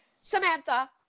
Samantha